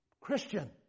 Christian